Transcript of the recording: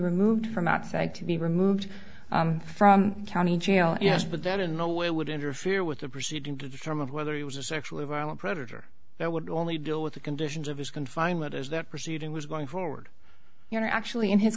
removed from outside to be removed from county jail yes but that in no way would interfere with the proceeding to determine whether he was a sexually violent predator that would only deal with the conditions of his confinement as that proceeding was going forward you know actually in his